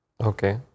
Okay